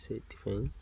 ସେଇଥିପାଇଁ